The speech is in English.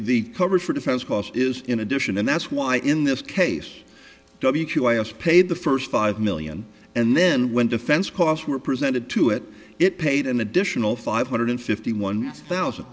cost is in addition and that's why in this case w q us paid the first five million and then when defense costs were presented to it it paid an additional five hundred fifty one thousand